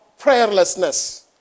Prayerlessness